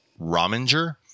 Rominger